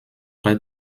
red